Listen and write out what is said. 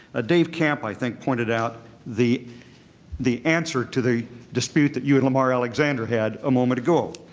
ah dave camp, i think, pointed out the the answer to the dispute that you and lamar alexander had a moment ago,